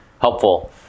helpful